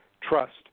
trust